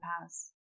pass